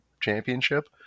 Championship